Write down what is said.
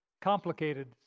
Complicated